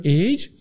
age